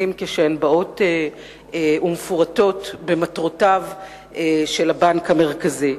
כשהן מתארות את מטרותיו של הבנק המרכזי.